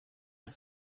das